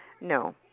No